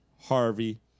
Harvey